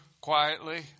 quietly